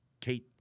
Kate